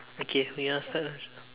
okay you ask that ah